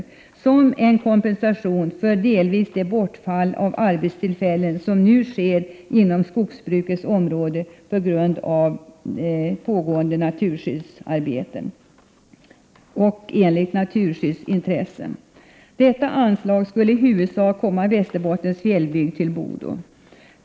Anslaget skall delvis vara en kompensation för det bortfall av arbetstillfällen som nu sker inom skogsbrukets område på grund av pågående naturskyddsarbeten till följd av naturskyddsintressen. Detta anslag skulle i huvudsak komma Västerbottens fjällbygd till godo.